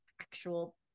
actual